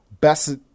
best